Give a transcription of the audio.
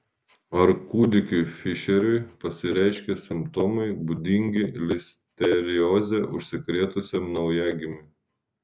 ar kūdikiui fišeriui pasireiškė simptomai būdingi listerioze užsikrėtusiam naujagimiui